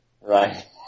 Right